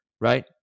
right